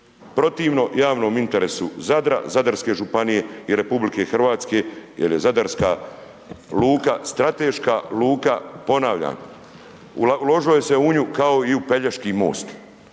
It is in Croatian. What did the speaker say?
protivno javnom interesu Zadra, Zadarske županije i RH, jer je Zadarska luka strateška luka, ponavljam uložilo se u nju kao i u Pelješki most,